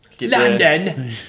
London